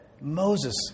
Moses